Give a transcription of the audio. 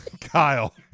kyle